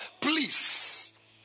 Please